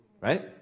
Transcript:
right